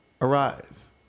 arise